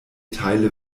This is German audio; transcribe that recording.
teile